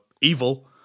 evil